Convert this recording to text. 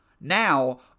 now